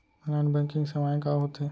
Non banking सेवाएं का होथे?